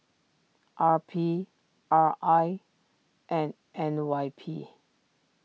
R P R I and N Y P